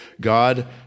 God